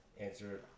answer